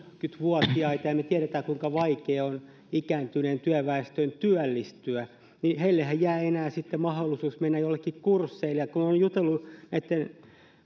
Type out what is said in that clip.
kuusikymmentä vuotiaita ja me tiedämme kuinka vaikea on ikääntyneen työväestön työllistyä niin heillehän jää enää sitten mahdollisuus mennä joillekin kursseille kun olen jutellut näitten